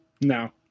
No